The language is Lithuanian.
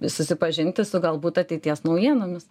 susipažinti su galbūt ateities naujienomis